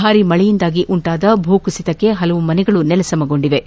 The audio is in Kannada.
ಭಾರಿ ಮಳೆಯಿಂದಾಗಿ ಉಂಟಾದ ಭೂ ಕುಸಿತಕ್ಕೆ ಹಲವು ಮನೆಗಳು ನೆಲಸಮಗೊಂಡಿವೆ